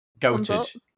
Goated